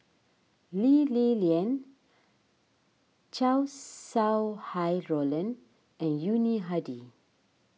Lee Li Lian Chow Sau Hai Roland and Yuni Hadi